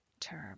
term